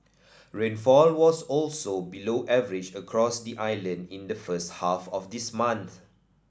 rainfall was also below average across the Island in the first half of this month